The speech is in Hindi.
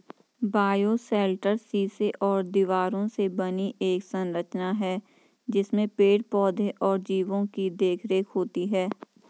बायोशेल्टर शीशे और दीवारों से बनी एक संरचना है जिसमें पेड़ पौधे और जीवो की देखरेख होती है